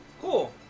cool